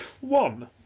One